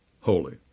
holy